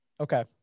Okay